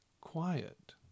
quiet